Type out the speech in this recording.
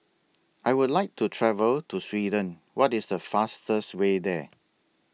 I Would like to travel to Sweden What IS The fastest Way There